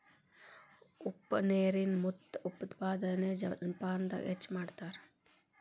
ಉಪ್ಪ ನೇರಿನ ಮುತ್ತು ಉತ್ಪಾದನೆನ ಜಪಾನದಾಗ ಹೆಚ್ಚ ಮಾಡತಾರ